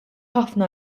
ħafna